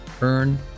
Earn